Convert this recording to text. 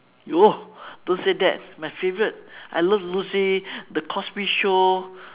oh don't say that my favorite I love lucy the cosby show